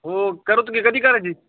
हो करतो कि कधी करायची